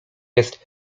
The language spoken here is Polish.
jest